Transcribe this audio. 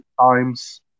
times